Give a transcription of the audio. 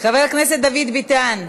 סמוטריץ, חבר הכנסת דוד ביטן,